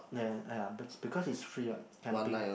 uh !aiya! because it's free what camping